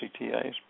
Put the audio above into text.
CTAs